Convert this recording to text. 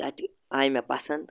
تَتہِ آیہِ مےٚ پَسٛد